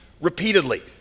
repeatedly